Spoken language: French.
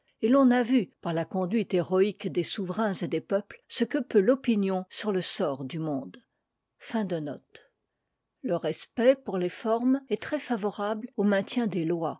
et l'on a vu par la conduite héroïque des souverains et des peuples ce que peut l'opinion sur le sort du monde le mépris du danger de la